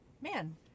man